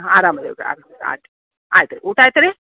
ಹಾಂ ಆರಾಮ ಅದೀವಿ ಆರಾಮ ಆಯ್ತು ಆಯ್ತು ರೀ ಊಟ ಆಯ್ತು ರಿ